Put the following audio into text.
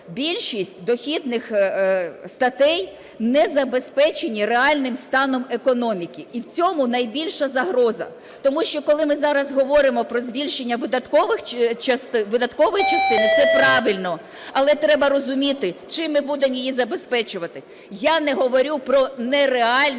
більшість дохідних статей не забезпечені реальним станом економіки, і в цьому найбільша загроза. Тому що коли ми зараз говоримо про збільшення видаткової частини, це правильно, але треба розуміти, чим ми будемо її забезпечувати. Я не говорю про нереальність